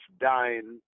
dying